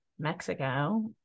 Mexico